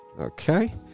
Okay